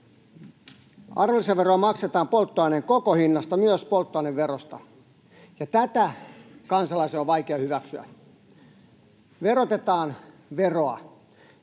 Arvonlisäveroa maksetaan polttoaineen koko hinnasta, myös polttoaineverosta, ja tätä kansalaisten on vaikea hyväksyä. Verotetaan veroa,